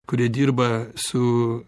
kurie dirba su